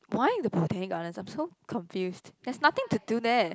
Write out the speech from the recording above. why the Botanic-Gardens I'm so confused there's nothing to do there